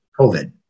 COVID